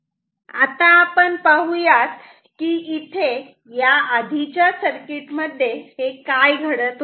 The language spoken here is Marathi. आता आपण पाहूयात की इथे या आधीच्या सर्किटमध्ये हे काय घडत होते